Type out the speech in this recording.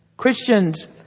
Christians